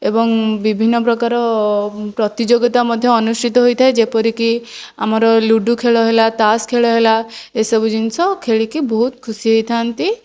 ଏବଂ ବିଭିନ୍ନ ପ୍ରକାର ପ୍ରତିଯୋଗିତା ମଧ୍ୟ ଅନୁଷ୍ଠିତ ହୋଇଥାଏ ଯେପରିକି ଆମର ଲୁଡୁ ଖେଳ ହେଲା ତାସ ଖେଳ ହେଲା ଏସବୁ ଜିନିଷ ଖେଳିକି ବହୁତ ଖୁସି ହୋଇଥା'ନ୍ତି